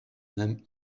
même